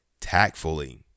tactfully